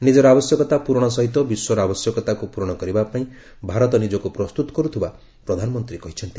ନିଜର ଆବଶ୍ୟକତା ପୂରଣ ସହିତ ବିଶ୍ୱର ଆବଶ୍ୟକତାକୁ ପୂରଣ କରିବା ପାଇଁ ଭାରତ ନିଜକୁ ପ୍ରସ୍ତୁତ କରୁଥିବା ପ୍ରଧାନମନ୍ତ୍ରୀ କହିଚ୍ଛନ୍ତି